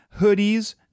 hoodies